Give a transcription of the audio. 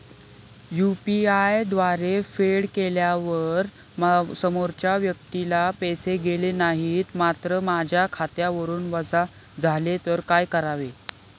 UPI द्वारे फेड केल्यावर समोरच्या व्यक्तीला पैसे गेले नाहीत मात्र माझ्या खात्यावरून वजा झाले तर काय करावे?